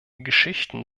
geschichten